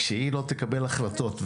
שהיא לא תקבל החלטות,